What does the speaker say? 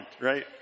right